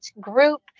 group